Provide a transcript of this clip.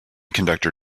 conductor